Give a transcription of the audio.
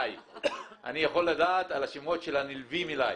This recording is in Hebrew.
אני יכול לדעת על השמות של הנלווים אליי.